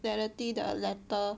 confidentiality 的 letter